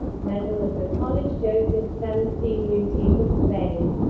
medal of the college joseph so celestine mutis of spain